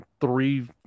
three